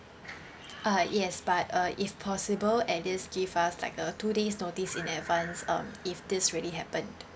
uh yes but uh if possible at least give us like uh two days notice in advance um if this really happen